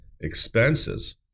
expenses